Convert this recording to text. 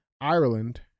Ireland